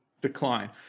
decline